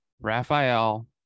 Raphael